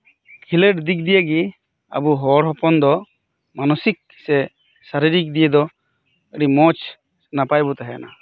ᱠᱷᱤᱞᱳᱰ ᱫᱤᱠᱫᱤᱭᱮ ᱜᱮ ᱟᱵᱚ ᱦᱚᱲ ᱦᱚᱯᱚᱱ ᱫᱚ ᱢᱟᱱᱚᱥᱤᱠ ᱥᱮ ᱥᱟᱨᱤᱨᱤᱠ ᱫᱤᱭᱮᱫᱚ ᱟᱹᱰᱤ ᱢᱚᱸᱡᱽ ᱱᱟᱯᱟᱭ ᱵᱚ ᱛᱟᱦᱮᱱᱟ